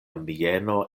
mieno